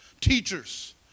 teachers